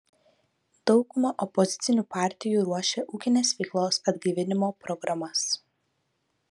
dauguma opozicinių partijų ruošia ūkinės veiklos atgaivinimo programas